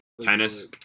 Tennis